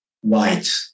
white